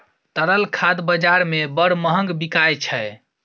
तरल खाद बजार मे बड़ महग बिकाय छै